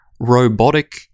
robotic